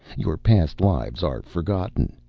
your past lives are forgotten.